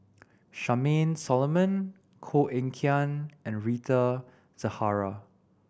Charmaine Solomon Koh Eng Kian and Rita Zahara